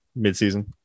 midseason